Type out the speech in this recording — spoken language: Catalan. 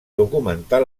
documentar